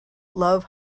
love